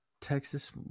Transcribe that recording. Texas